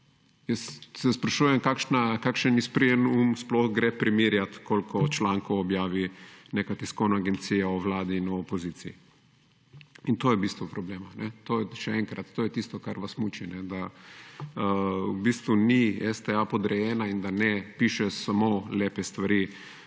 Jaz se sprašujem kakšen sprejeli um sploh gre primerjati koliko člankov objavi neka tiskovna agencija o Vladi in o opoziciji in to je bistvo problema. Še enkrat to je tisto, kar vas muči, da v bistvu ni STA podrejena in da ne pišejo samo lepe stvari